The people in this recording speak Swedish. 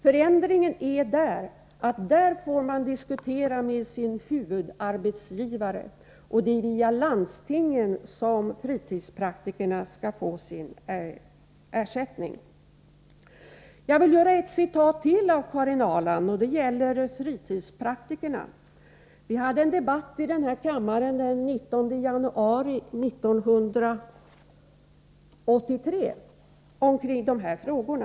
Förändringen ligger däri att diskussionen får föras med huvudarbetsgivaren. Det är via landstingen som fritidspraktikerna skall få sin ersättning. Jag vill anföra ett citat till av Karin Ahrland. Det gäller fritidspraktikerna. Vi hade en debatt här i kammaren den 19 januari 1984 om dessa frågor.